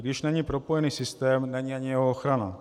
Když není propojený systém, není ani jeho ochrana.